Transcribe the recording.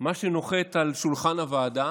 מה שנוחת על שולחן הוועדה